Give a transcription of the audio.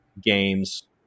games